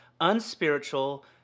unspiritual